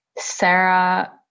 Sarah